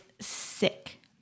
sick